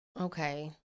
Okay